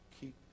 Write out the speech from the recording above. Keep